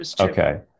Okay